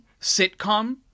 sitcom